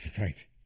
right